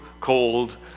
cold